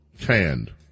canned